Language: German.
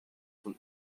von